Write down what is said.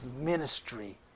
ministry